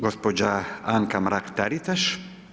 Gospođa Anka Mrak-Taritaš.